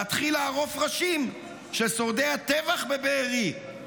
להתחיל לערוף ראשים של שורדי הטבח בבארי.